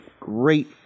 great